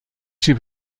chief